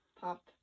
pop